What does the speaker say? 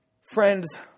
Friends